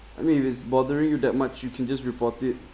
I mean if it's bothering you that much you can just report it